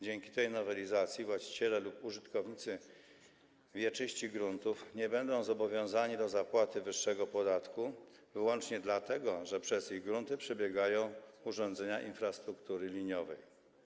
Dzięki tej nowelizacji właściciele lub użytkownicy wieczyści gruntów nie będą zobowiązani do zapłaty wyższego podatku wyłącznie dlatego, że przez ich grunty przebiegają urządzenia infrastruktury liniowej.